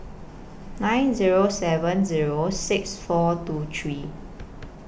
nine Zero seven Zero six four two hree